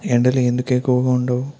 ఎండలు ఎందుకు ఎక్కువగా ఉండవు